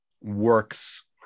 works